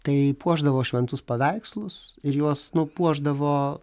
tai puošdavo šventus paveikslus ir juos nu puošdavo